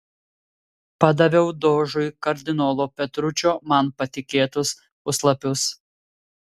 padaviau dožui kardinolo petručio man patikėtus puslapius